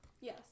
Yes